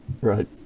right